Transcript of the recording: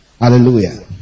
Hallelujah